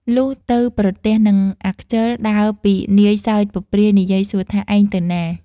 លុះទៅប្រទះនឹងអាខិលដើរពីនាយសើចពព្រាយនិយាយសួរថា“ឯងទៅណា? ”។